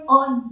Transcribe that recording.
on